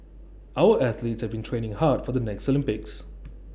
our athletes have been training hard for the next Olympics